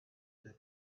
the